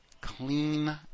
clean